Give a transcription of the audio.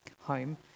home